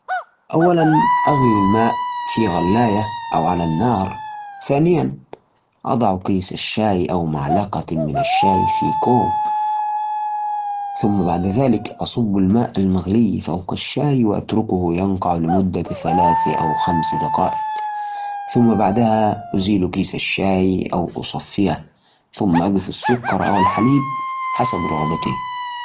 طبعاً، لتحضير كوب شاي، أول شيء إغلي موية في غلاية أو قدر، بعدين حط ملعقة شاي في كوب، وإسكب الموية المغلية عليه. خلي الشاي لمدة ثلاث لخمس دقائق حسب ما تحب، بعدين إذا تحب أضف السكر أو لبن، وبس، استمتع بشايك